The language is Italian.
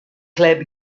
club